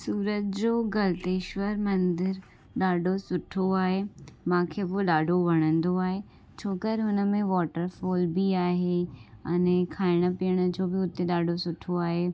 सूरत जो गलतेश्वर मंदरु ॾाढो सुठो आहे मूंखे उहो ॾाढो वणंदो आहे छो करे हुन में वॉटरफॉल बि आहे अने खाइण पीअण जो बि उते ॾढो सुठो आहे